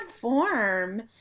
form